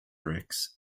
bricks